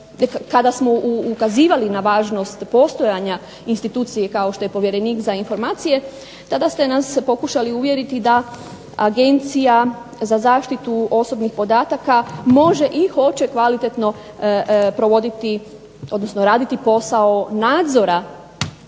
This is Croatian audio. kada smo ukazivali na važnost postojanja institucije kao što je povjerenik za informacije, tada ste nas pokušali uvjeriti da Agencija za zaštitu osobnih podataka može i hoće kvalitetno provoditi odnosno